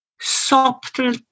subtle